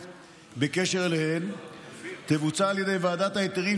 בקשר אליהן תבוצע על ידי ועדת ההיתרים,